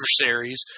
adversaries